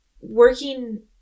working